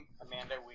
Amanda